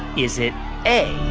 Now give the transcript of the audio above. is it a,